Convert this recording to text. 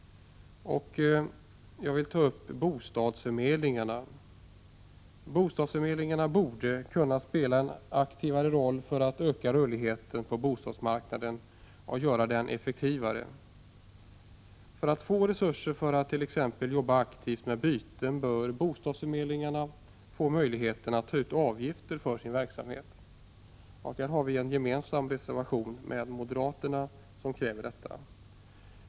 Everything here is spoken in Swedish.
Fru talman! Bostadsförmedlingarna borde kunna spela en aktiv roll för att öka rörligheten på bostadsmarknaden och göra den effektivare. För att få resurser för att t.ex. jobba aktivt med byten bör bostadsförmedlingarna ha möjlighet att ta ut avgifter för sin verksamhet. Tillsammans med moderaterna har folkpartiet avgivit en gemensam reservation som kräver detta.